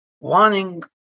wanting